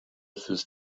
fürs